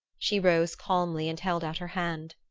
she rose calmly and held out her hand.